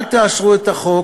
אל תאשרו את החוק,